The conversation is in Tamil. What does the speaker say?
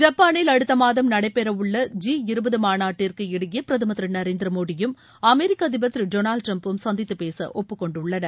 ஜப்பானில் அடுத்த மாதம் நடைபெறவுள்ள ஜி இருபது மாநாட்டிற்கு இடையே பிரதமர் திரு நரேந்திர மோடியும் அமெரிக்க அதிபர் திரு டொனால்டு டிரம்பும் சந்தித்துப்பேச ஒப்புக்கொண்டுள்ளனர்